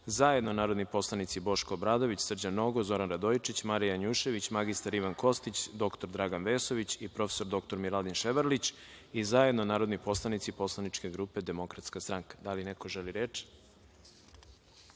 zajedno narodni poslanici Boško Obradović, Srđan Nogo, Zoran Radojičić, Marija Janjušević, mr Ivan Kostić, dr Dragan Vesović i prof. dr Miladin Ševarlić i zajedno narodni poslanici poslaničke grupe DS.Da li neko želi reč?